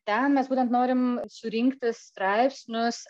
ten mes būtent norim surinkti straipsnius